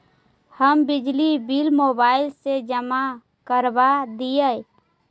हम बिजली bill mobile से जमा करवा देहियै?